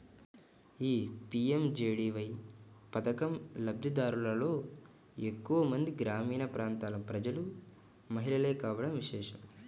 ఈ పీ.ఎం.జే.డీ.వై పథకం లబ్ది దారులలో ఎక్కువ మంది గ్రామీణ ప్రాంతాల ప్రజలు, మహిళలే కావడం విశేషం